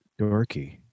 dorky